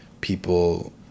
people